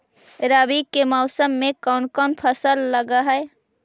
रवि के मौसम में कोन कोन फसल लग है?